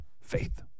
Faith